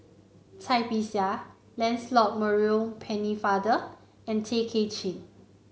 Cai Bixia Lancelot Maurice Pennefather and Tay Kay Chin